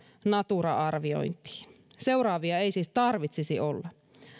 natura arviointiin seuraavia ei siis tarvitsisi olla